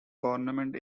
government